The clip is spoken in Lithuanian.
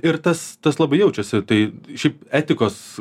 ir tas tas labai jaučiasi tai šiaip etikos